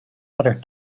other